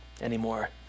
anymore